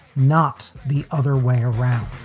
not the other way around